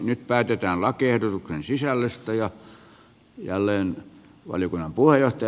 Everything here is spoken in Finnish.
nyt päätetään lakiehdotuksen sisällöstä